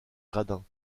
gradins